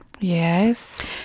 Yes